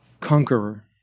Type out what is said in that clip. conqueror